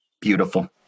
Beautiful